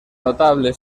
notable